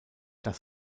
das